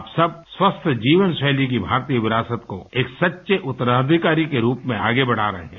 आप सब स्वस्थ जीवनशैली की भारतीय विरासत को एक सच्चे उत्तराधिकारी के रूप में आगे बढ़ा रहे हैं